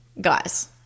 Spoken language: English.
Guys